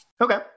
Okay